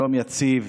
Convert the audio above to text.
שלום יציב,